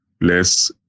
Less